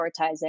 prioritizing